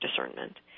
discernment